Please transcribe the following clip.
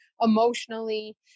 emotionally